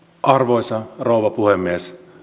arvoisa rouva puhemies